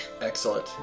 Excellent